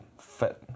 fit